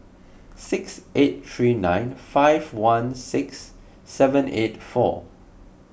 six eight three nine five one six seven eight four